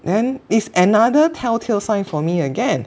then is another telltale sign for me again